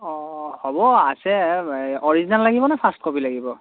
অঁ হ'ব আছে অৰিজিনেল লাগিব নে ফাৰ্ষ্ট কপি লাগিব